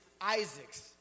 Isaac's